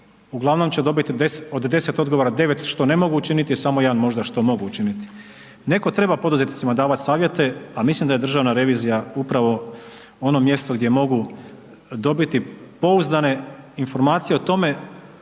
uglavnom će dobiti od 10 odgovora, 9 što ne mogu učiniti samo 1 možda što mogu učiniti. Netko treba poduzetnicima davat savjete, a mislim da državna revizija upravo ono mjesto gdje mogu dobiti pouzdane informacije o tome